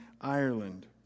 Ireland